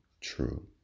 true